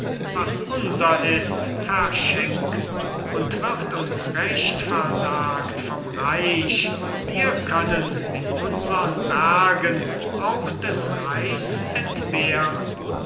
was unser ist verschenken und wird uns recht versagt vom reich wir können in unsern bergen auch des reichs entbehren